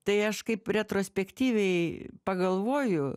tai aš kaip retrospektyviai pagalvoju